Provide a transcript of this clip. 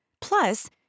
Plus